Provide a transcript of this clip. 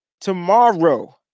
tomorrow